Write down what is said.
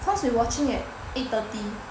cause you watching at eight thirty